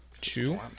Two